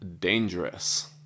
dangerous